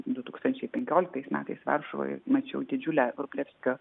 du tūkstančia penkioliktais metais varšuvoje mačiau didžiulę vrublevskio